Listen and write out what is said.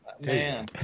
man